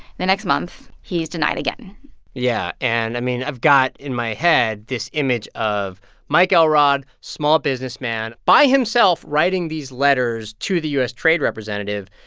the next month, he's denied again yeah. and, i mean, i've got in my head this image of mike elrod, small-businessman, by himself writing these letters to the u s. trade representative.